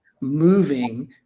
moving